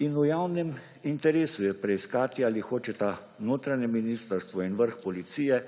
In v javnem interesu je preiskati, ali hočeta notranje ministrstvo in vrh policije